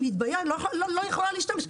אני לא יכולה להשתמש.